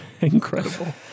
Incredible